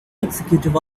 executive